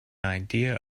idea